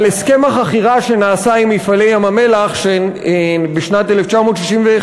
על הסכם החכירה שנעשה עם "מפעלי ים-המלח" בשנת 1961,